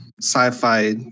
sci-fi